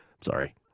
Sorry